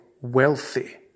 wealthy